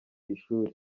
ishuri